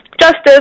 justice